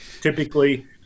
typically –